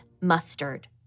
mustard